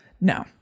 no